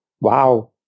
wow